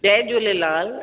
Jay Jhulelal